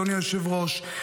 אדוני היושב-ראש,